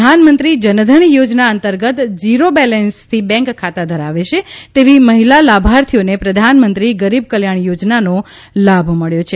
પ્રધાનમંત્રી જન ધન યોજના અંતર્ગત ઝીરો બેલેન્સથી બેન્ક ખાતા ધરાવે છે તેવી મહિલા લાભાર્થીઓને પ્રધાનમંત્રી ગરીબ કલ્યાણ યોજનાનો લાભ મળ્યો છે